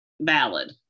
valid